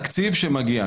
התקציב שמגיע.